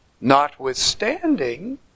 notwithstanding